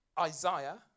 Isaiah